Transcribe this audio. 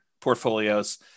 portfolios